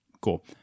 Cool